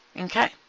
Okay